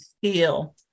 feel